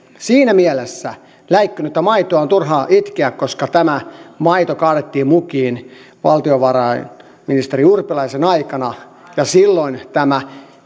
siinä mielessä läikkynyttä maitoa on turha itkeä koska tämä maito kaadettiin mukiin valtiovarainministeri urpilaisen aikana ja silloin tämä